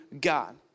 God